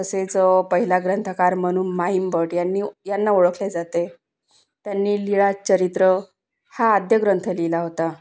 तसेच पहिला ग्रंथकार म्हणून माहिमबट यांनी यांना ओळखले जाते त्यांनी लीळाचरित्र हा आद्यग्रंथ लिहिला होता